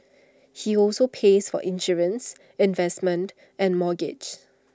he also pays for insurance investments and mortgage